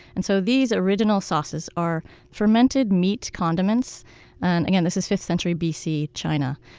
and so these original sauces are fermented meat condiments again, this is fifth-century b c. china.